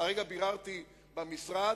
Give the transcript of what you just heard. כרגע ביררתי במשרד,